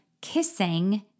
kissing